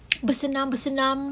bersenam-senam